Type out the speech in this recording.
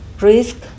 risk